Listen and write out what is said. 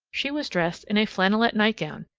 she was dressed in a flannellet nightgown,